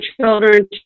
children